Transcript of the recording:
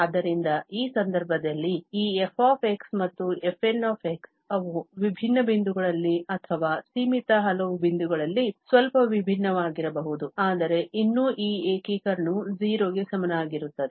ಆದ್ದರಿಂದ ಆ ಸಂದರ್ಭದಲ್ಲಿ ಈ f ಮತ್ತು fn ಅವು ವಿಭಿನ್ನ ಬಿಂದುಗಳಲ್ಲಿ ಅಥವಾ ಸೀಮಿತ ಹಲವು ಬಿಂದುಗಳಲ್ಲಿ ಸ್ವಲ್ಪ ಭಿನ್ನವಾಗಿರಬಹುದು ಆದರೆ ಇನ್ನೂ ಈ ಏಕೀಕರಣವು 0 ಗೆ ಸಮನಾಗಿರುತ್ತದೆ